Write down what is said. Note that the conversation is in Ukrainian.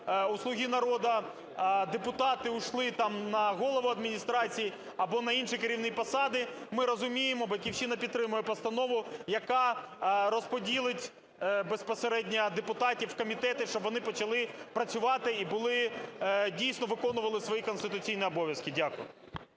"Слуги народу" депутати пішли там на голову адміністрації або на інші керівні посади, ми розуміємо, "Батьківщина" підтримує, яка розподілить безпосередньо депутатів в комітети, щоб вони почали працювати, і були, дійсно, виконували свої конституційні обов'язки. Дякую.